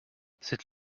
cette